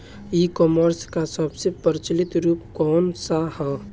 ई कॉमर्स क सबसे प्रचलित रूप कवन सा ह?